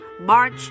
March